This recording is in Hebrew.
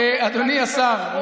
אדוני השר,